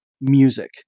music